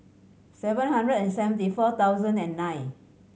seven hundred and seventy four thousand and nine